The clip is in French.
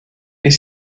est